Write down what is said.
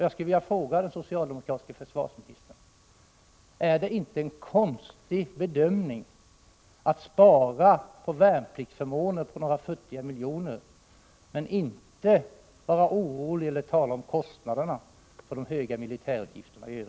Jag skulle vilja fråga den socialdemokratiske försvarsministern: Gör man inte en konstig bedömning om man vill spara några futtiga miljoner på värnpliktsförmåner men inte är orolig över kostnaderna för de stora militärutgifterna i övrigt?